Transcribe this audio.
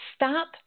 Stop